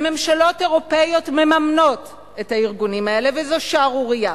וממשלות אירופיות מממנות את הארגונים האלה,